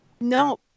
No